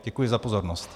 Děkuji za pozornost.